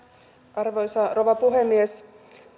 arvoisa rouva puhemies